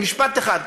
משפט אחד,